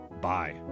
Bye